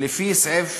שלפי סעיף